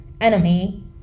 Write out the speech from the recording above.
enemy